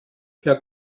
per